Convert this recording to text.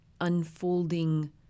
unfolding